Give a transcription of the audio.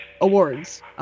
awards